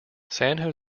san